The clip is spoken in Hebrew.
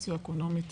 סוציו אקונומית